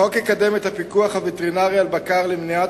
החוק יקדם את הפיקוח הווטרינרי על בקר למניעת